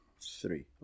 Three